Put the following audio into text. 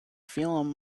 feeling